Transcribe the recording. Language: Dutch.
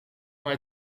mij